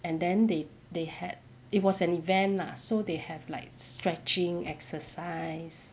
and then they they had it was an event lah so they have like stretching exercise